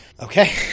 Okay